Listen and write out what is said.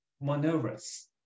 maneuvers